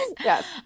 Yes